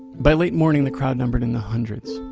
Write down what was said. by late morning, the crowd numbered in the hundreds.